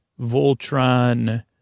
Voltron